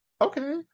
okay